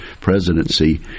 presidency